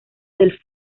del